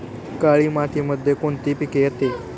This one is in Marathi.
काळी मातीमध्ये कोणते पिके येते?